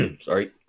Sorry